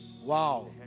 Wow